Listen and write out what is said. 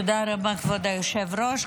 תודה רבה, כבוד היושב-ראש.